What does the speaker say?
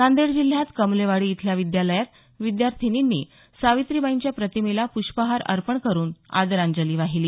नांदेड जिल्ह्यात कमलेवाडी इथल्या विद्यालयात विद्यार्थिनींनी सावित्रीबाईंच्या प्रतिमेला प्रष्पहार अर्पण करून आदराजली वाहिली